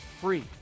free